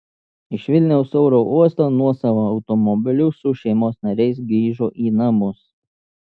iš vilniaus oro uosto nuosavu automobiliu su šeimos nariais grįžo į namus